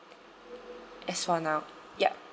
as one out yup